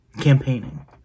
campaigning